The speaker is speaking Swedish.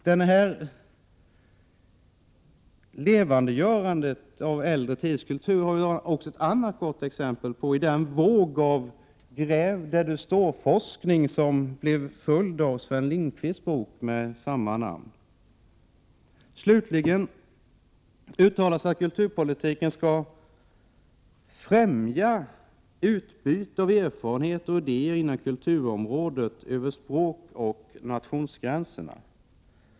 Detta levandegörande av äldre tiders kultur finns det ett annat gott exempel på i den våg av ”gräv-där-du-står-forskning”, som blev en följd av Sven Lindqvists bok med samma namn. Slutligen uttalas att kulturpolitiken skall främja utbyte av erfarenheter och idéer inom kulturområdet över språkoch nationsgränserna.